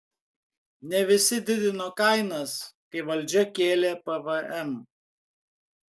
ne visi didino kainas kai valdžia kėlė pvm